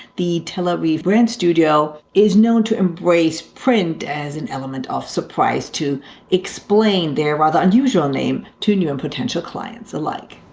the tel aviv brand studio is known to embrace print as an element of surprise to explain their rather unusual name to new and potential clients alike.